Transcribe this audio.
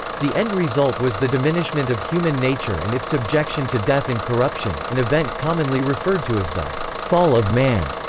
the end result was the diminishment of human nature and its subjection to death and corruption, an event commonly referred to as the fall of man.